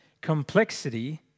complexity